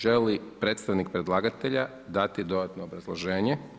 Želi li predstavnik predlagatelja dati dodatno obrazloženje?